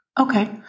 Okay